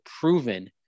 proven